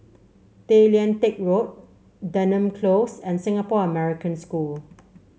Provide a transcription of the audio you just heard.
Tay Lian Teck Road Denham Close and Singapore American School